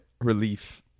relief